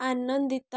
ଆନନ୍ଦିତ